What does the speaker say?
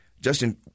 Justin